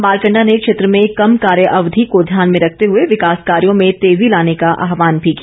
मारकंडा ने क्षेत्र में कम कार्य अवधि को ध्यान में रखते हुए विकास कार्यों में तेजी लाने का आहवान भी किया